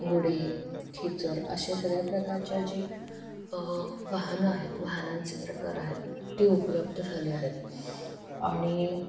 घोडे खेचर अशा सगळ्या प्रकारच्या जे वाहनं आहेत वाहनांचे प्रकार आहेत ते उपलब्ध झाले आहेत आणि